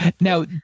now